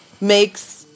makes